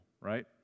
right